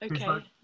okay